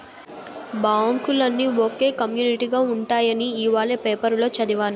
బాంకులన్నీ ఒకే కమ్యునీటిగా ఉంటాయని ఇవాల పేపరులో చదివాను